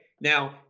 Now